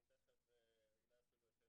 אני תיכף אולי אפילו אתן